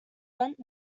event